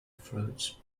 fruits